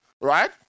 Right